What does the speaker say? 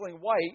white